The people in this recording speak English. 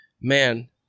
man